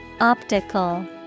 Optical